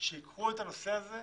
שייקחו את הנושא הזה,